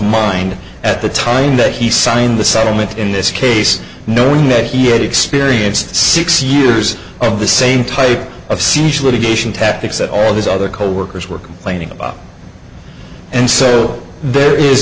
mind at the time that he signed the settlement in this case knowing that he had experienced six years of the same type of seizure litigation tactics that all his other coworkers were complaining about and so there is